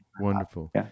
Wonderful